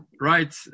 right